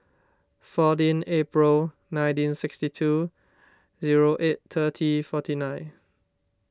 fourteen April nineteen sixty two zero eight thirty forty nine